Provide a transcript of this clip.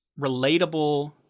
relatable